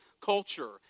culture